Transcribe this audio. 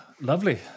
lovely